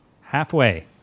Halfway